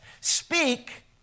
Speak